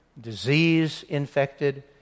disease-infected